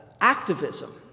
activism